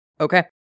Okay